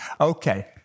Okay